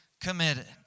committed